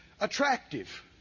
attractive